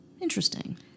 Interesting